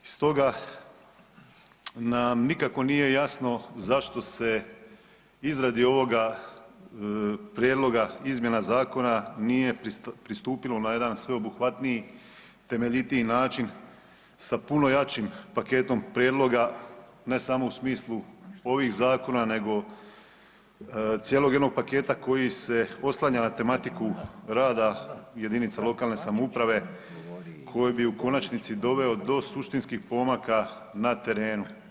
I stoga nam nikako nije jasno zašto se izradi ovoga prijedloga izmjena zakona nije pristupilo na jedan sveobuhvatniji, temeljitiji način sa puno jačim paketom prijedloga ne samo u smislu ovih zakona nego cijelog jednog paketa koji se oslanja na tematiku rada jedinica lokalne samouprave koji bi u konačnici doveo do suštinskih pomaka na terenu.